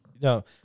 no